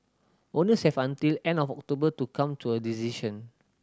owners have until end of October to come to a decision